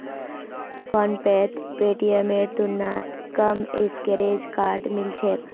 फोनपेत पेटीएमेर तुलनात कम स्क्रैच कार्ड मिल छेक